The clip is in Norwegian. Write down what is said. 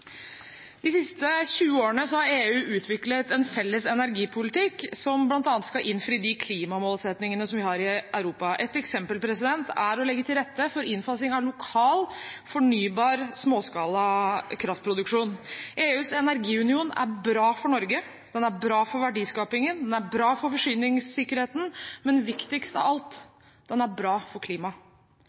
De siste 20 årene har EU utviklet en felles energipolitikk, som bl.a. skal innfri de klimamålsettingene som vi har i Europa. Et eksempel er å legge til rette for innfasing av lokal, fornybar småskala kraftproduksjon. EUs energiunion er bra for Norge, den er bra for verdiskapingen og den er bra for forsyningssikkerheten, men viktigst av alt: Den er bra for klimaet.